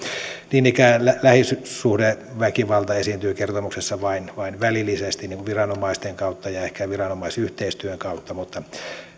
niin ikään lähisuhdeväkivalta esiintyy kertomuksessa vain vain välillisesti viranomaisten kautta ja ehkä viranomaisyhteistyön kautta mutta